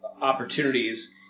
opportunities